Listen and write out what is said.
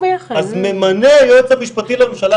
ממנה היועץ המשפטי לממשלה,